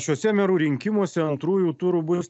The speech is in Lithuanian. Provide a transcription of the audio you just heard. šiuose merų rinkimuose antrųjų turų bus